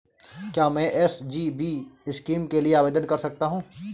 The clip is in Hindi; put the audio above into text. क्या मैं एस.जी.बी स्कीम के लिए आवेदन कर सकता हूँ?